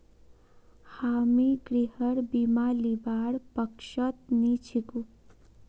हामी गृहर बीमा लीबार पक्षत नी छिकु